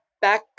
back